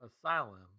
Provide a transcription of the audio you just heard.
Asylum